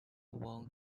won